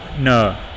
No